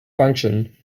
function